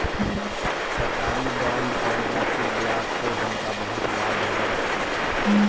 सरकारी बांड पर वार्षिक ब्याज सॅ हुनका बहुत लाभ भेलैन